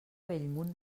bellmunt